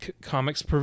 comics